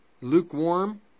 lukewarm